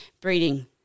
breeding